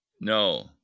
No